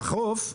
בחוף,